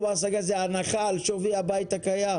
בר השגה זה הנחה על שווי הבית הקיים?